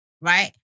right